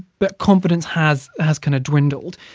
but confidence has has kind of dwindled.